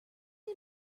you